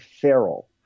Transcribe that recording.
feral